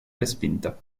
respinta